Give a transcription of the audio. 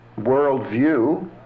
worldview